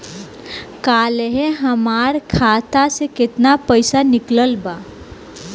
काल्हे हमार खाता से केतना पैसा निकलल बा?